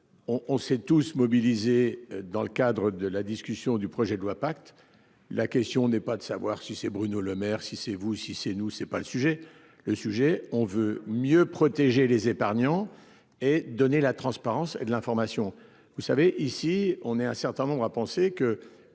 on s'est tous mobilisés dans le cadre de la discussion du projet de loi pacte. La question n'est pas de savoir si c'est Bruno Lemaire, si c'est vous. Si c'est nous, c'est pas le sujet, le sujet on veut mieux protéger les épargnants et donner la transparence de l'information. Vous savez ici, on est un certain nombre à penser que